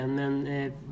men